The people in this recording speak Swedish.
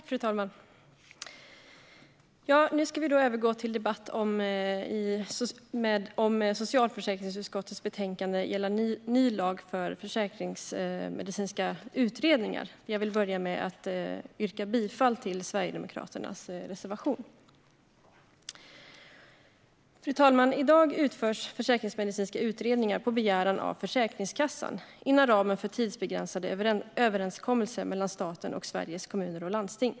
Fru talman! Vi ska nu övergå till en debatt om socialförsäkringsutskottets betänkande gällande en ny lag för försäkringsmedicinska utredningar. Jag vill börja med att yrka bifall till Sverigedemokraternas reservation. Fru talman! I dag utförs försäkringsmedicinska utredningar på begäran av Försäkringskassan inom ramen för tidsbegränsade överenskommelser mellan staten och Sveriges Kommuner och Landsting.